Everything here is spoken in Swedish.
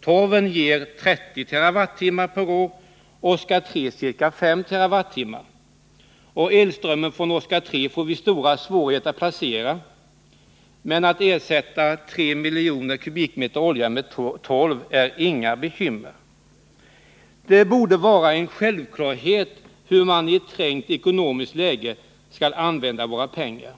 Torven ger 30 TWh per år och Oskar 3 ca 5 TWh per år. Elströmmen från Oskar 3 får vi stora svårigheter att placera. Att ersätta 3 miljoner m? olja med torv är inga bekymmer. Det borde vara en självklarhet hur vi i ett trängt ekonomiskt läge skall använda våra pengar,